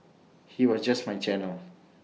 he was just my channel